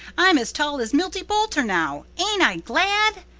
i'm as tall as milty boulter now. ain't i glad.